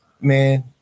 Man